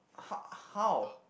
h~ how